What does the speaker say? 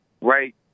right